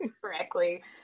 correctly